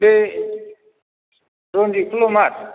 बे रनजितखौल' मार